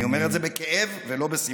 אני אומר את זה בכאב, ולא בשמחה.